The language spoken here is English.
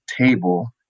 table